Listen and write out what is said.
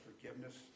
forgiveness